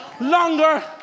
longer